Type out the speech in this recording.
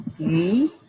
Okay